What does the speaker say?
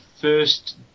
first